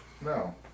No